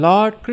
Lord